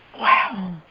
Wow